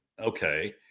okay